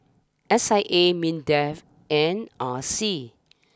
S I A Mindef and R C